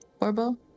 Orbo